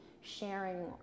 sharing